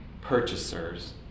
purchasers